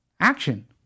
Action